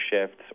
shifts